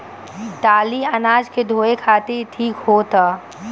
टाली अनाज के धोए खातिर ठीक होत ह